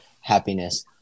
happiness